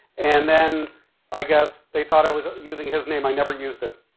and then i guess they thought i was using his name, i never used it.